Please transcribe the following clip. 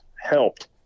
helped